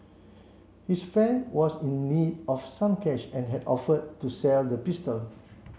his friend was in need of some cash and had offered to sell the pistol